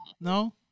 No